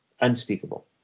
unspeakable